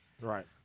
Right